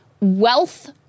wealth